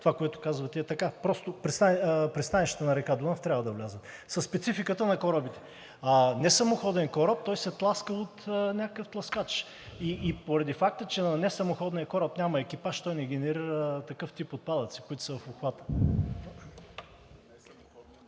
Това, което казвате, е така. Пристанищата на река Дунав трябва да влязат със спецификата на корабите – несамоходен кораб, той се тласка от някакъв тласкач и поради факта, че на несамоходния кораб няма екипаж, той не генерира такъв тип отпадъци, които са в обхвата. ПРЕДСЕДАТЕЛ НИКОЛА